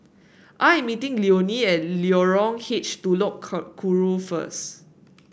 I'm meeting Leone at Lorong H Telok Kurau first